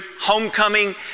homecoming